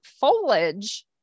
foliage